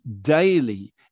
daily